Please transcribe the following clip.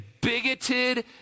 bigoted